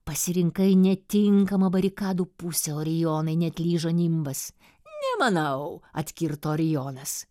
pasirinkai netinkamą barikadų pusę orijonai neatlyžo nimbas nemanau atkirto orijonas